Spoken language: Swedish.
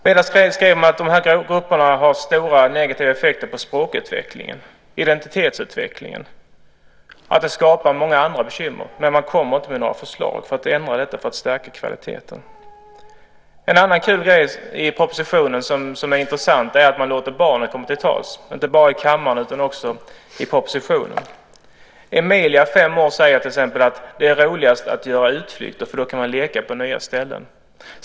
Man skriver att dessa grupper har stora negativa effekter på språkutvecklingen och identitetsutvecklingen och att det skapar många andra bekymmer. Men man kommer inte med några förslag för att ändra det och stärka kvaliteten. En annan kul grej i propositionen som är intressant är att man låter barnen komma till tals. Det gör man inte bara i kammaren utan också i propositionen. Emilia, fem år, säger till exempel: Det är roligast att göra utflykter, för då kan man leka på nya ställen.